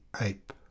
ape